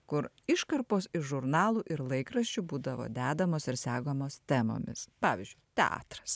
kur iškarpos iš žurnalų ir laikraščių būdavo dedamos ir segamos temomis pavyzdžiui teatras